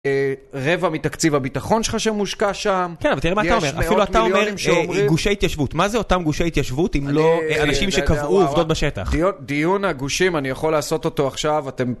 רבע מתקציב הביטחון שלך שמושקע שם, יש מאות מיליונים שאומרים... גושי התיישבות, מה זה אותם גושי התיישבות אם לא אנשים שקבעו עובדות בשטח? דיון הגושים אני יכול לעשות אותו עכשיו, אתם...